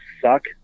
suck